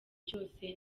cyose